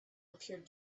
appeared